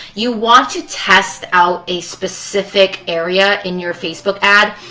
you want to test out a specific area in your facebook ad,